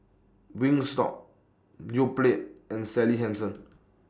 Wingstop Yoplait and Sally Hansen